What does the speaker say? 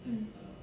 mm